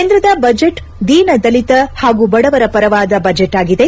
ಕೇಂದ್ರದ ಬಜೆಟ್ ದೀನದಲಿತ ಹಾಗೂ ಬಡವರ ಪರವಾದ ಬಜೆಟ್ ಆಗಿದೆ